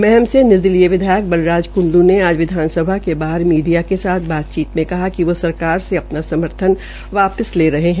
महम के निर्दलीय विधायक बलराज कुंडू ने आज विधानसभा के बाहर मीडिया के साथ बातचीत में कहा कि वो सरकार से अपना समर्थन वापिस ले रहे है